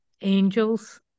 angels